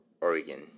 Oregon